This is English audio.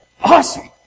Awesome